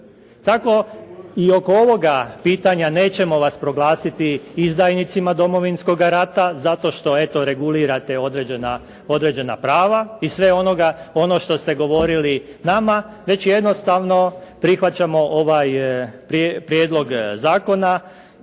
Tako i oko ovoga pitanje nećemo vas proglasiti izdajnicima Domovinskoga rata zato što eto, regulirate određena prava i sve ono što ste govorili nama, već jednostavno prihvaćamo ovaj prijedlog zakona